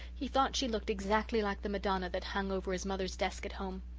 he thought she looked exactly like the madonna that hung over his mother's desk at home.